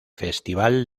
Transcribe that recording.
festival